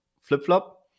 flip-flop